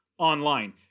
online